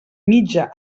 mitja